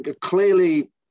clearly